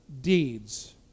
deeds